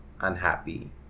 unhappy